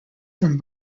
from